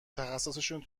تخصصشون